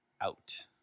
out